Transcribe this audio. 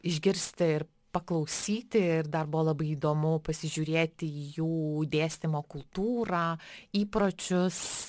išgirsti ir paklausyti ir dar buvo labai įdomu pasižiūrėti į jų dėstymo kultūrą įpročius